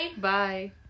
Bye